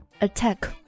Attack